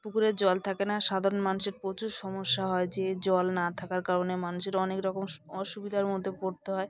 পুকুরে জল থাকে না সাধারণ মানুষের প্রচুর সমস্যা হয় যে জল না থাকার কারণে মানুষের অনেক রকম অসুবিধার মধ্যে পড়তে হয়